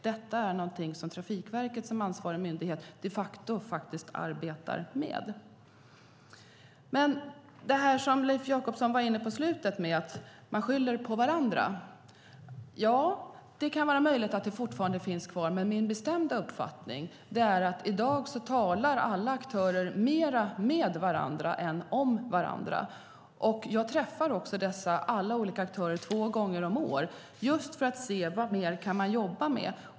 Detta är någonting som Trafikverket, som ansvarig myndighet, de facto arbetar med. Leif Jakobsson var inne på att man skyller på varandra. Ja, det är möjligt att det fortfarande finns kvar. Men min bestämda uppfattning är att alla aktörer i dag talar mer med varandra än om varandra. Jag träffar alla dessa olika aktörer två gånger om året just för att se: Vad mer kan man jobba med?